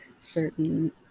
certain